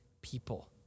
people